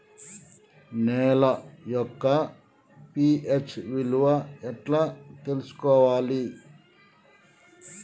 నేల యొక్క పి.హెచ్ విలువ ఎట్లా తెలుసుకోవాలి?